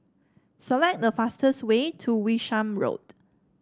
select the fastest way to Wishart Road